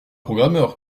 programmeur